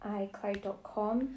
icloud.com